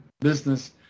business